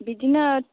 बिदिनो